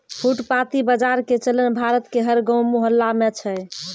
फुटपाती बाजार के चलन भारत के हर गांव मुहल्ला मॅ छै